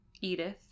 Edith